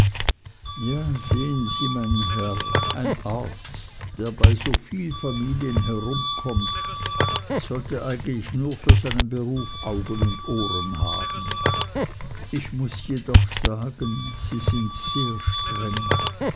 ja sehen sie mein herr ein arzt der so viel bei familien herumkommt sollte eigentlich nur für seinen beruf augen und ohren haben ich muß jedoch sagen sie sind sehr streng